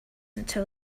until